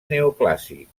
neoclàssic